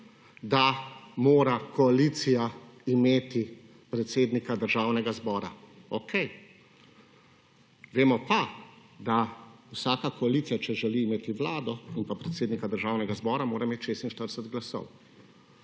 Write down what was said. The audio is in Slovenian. da mora koalicija imeti predsednika Državnega zbora. Okej, vemo pa, da vsaka koalicija, če želi imeti Vlado in pa predsednika Državnega zbora mora imeti 46 glasov.